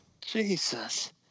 Jesus